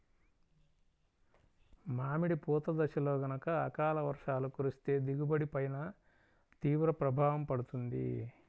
మామిడి పూత దశలో గనక అకాల వర్షాలు కురిస్తే దిగుబడి పైన తీవ్ర ప్రభావం పడుతుంది